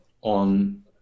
on